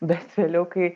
bet vėliau kai